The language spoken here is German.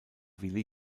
willi